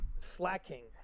Slacking